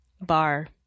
Bar